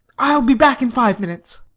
i'll be back in five minutes.